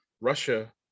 Russia